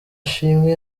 ashimwe